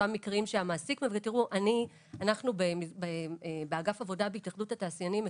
אנחנו באגף עבודה בהתאחדות התעשיינים,